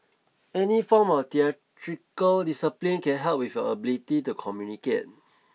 any form of theatrical discipline can help with ability to communicate